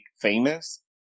Famous